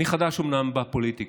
אני אומנם חדש בפוליטיקה.